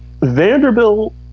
Vanderbilt